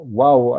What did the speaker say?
wow